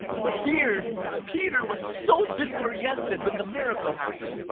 but here, peter was so disoriented when the miracle happened.